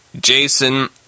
Jason